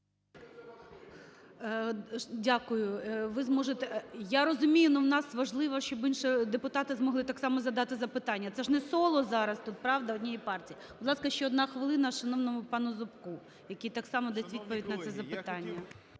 Дякую. Ви зможете… (Шум у залі) Я розумію, але у нас важливо, щоб інші депутати змогли так само задати запитання. Це ж не соло зараз тут - правда? - однієї партії. Будь ласка, ще одна хвилина, шановному пану Зубку, який так само дасть відповідь на це запитання.